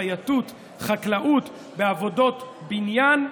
חייטות, חקלאות, בעבודות בניין,